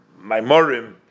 Maimorim